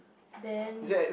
then